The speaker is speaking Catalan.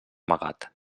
amagat